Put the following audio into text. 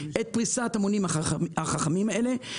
את פריסת המונים החכמים האלה.